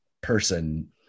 person